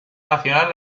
nacional